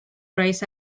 rights